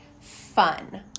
fun